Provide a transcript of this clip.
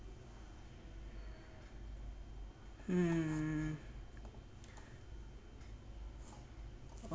hmm